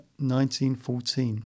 1914